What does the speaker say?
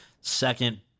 second